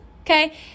Okay